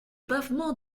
pavement